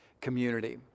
community